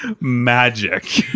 Magic